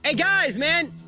and guys, man,